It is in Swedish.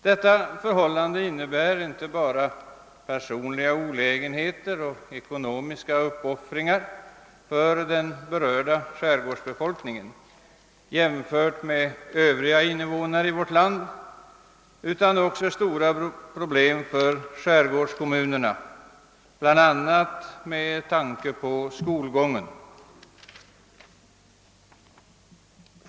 Detta medför inte bara personliga olägenheter och ekonomiska uppoffringar för den berörda skärgårdsbefolkningen utan innebär också stora problem för skärgårdskommunerna bl.a. med tanke på skolgången.